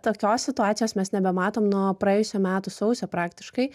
tokios situacijos mes nebematom nuo praėjusių metų sausio praktiškai